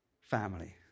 family